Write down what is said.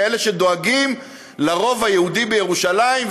כאלה שדואגים לרוב היהודי בירושלים.